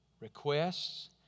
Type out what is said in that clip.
requests